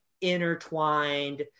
intertwined